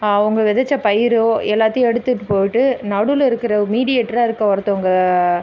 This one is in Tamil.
அவங்க விதச்ச பயிரோ எல்லாத்தையும் எடுத்துகிட்டு போயிவிட்டு நடுவில் இருக்கிற மீடியேட்டராக இருக்க ஒருத்தவங்க